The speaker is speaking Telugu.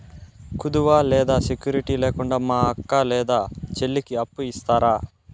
కుదువ లేదా సెక్యూరిటి లేకుండా మా అక్క లేదా చెల్లికి అప్పు ఇస్తారా?